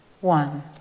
One